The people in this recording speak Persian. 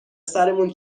سرمون